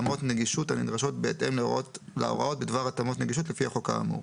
התאמות נגישות הנדרשות בהתאם להוראות בדבר התאמות נגישות לפי החוק האמור.